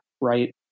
right